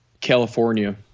California